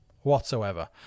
whatsoever